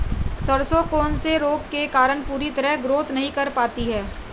सरसों कौन से रोग के कारण पूरी तरह ग्रोथ नहीं कर पाती है?